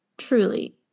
truly